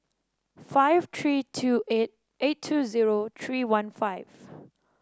five three two eight eight two zero three one five